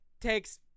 takes